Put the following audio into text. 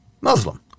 Muslim